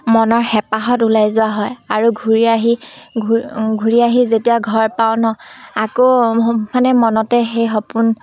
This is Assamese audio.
মনৰ হেঁপাহত ওলাই যোৱা হয় আৰু ঘূৰি আহি ঘূ ঘূৰি আহি যেতিয়া ঘৰ পাওঁ ন আকৌ মানে মনতে সেই সপোন